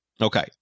Okay